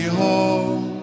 home